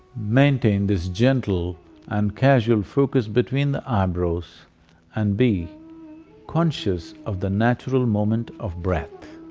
maintain this gentle and casual focus between the eyebrows and be conscious of the natural movement of breath.